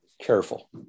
Careful